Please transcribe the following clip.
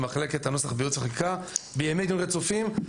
מחלקת הנוסח בייעוץ החקיקה בימי דיון רצופים,